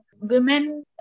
women